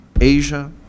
Asia